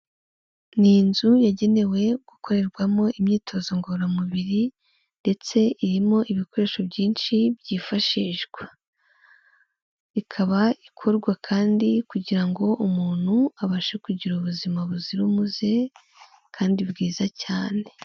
Ni inzu yagenewe gukorerwamo imyitozo ngororamubiri, ndetse irimo ibikoresho byinshi byifashishwa. Ikaba ikorwa kandi kugira ngo umuntu abashe kugira ubuzima buzira umuze, kandi bwiza cyane.